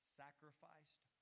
sacrificed